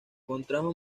contrajo